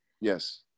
Yes